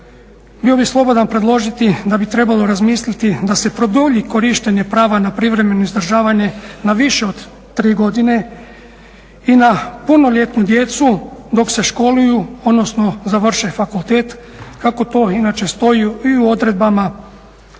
bio bih slobodan predložiti da bi trebalo razmisliti da se produlji korištenje prava na privremeno uzdržavanje na više od 3 godine i na punoljetnu djecu dok se školuju odnosno završe fakultet kako to inače stoji i u odredbama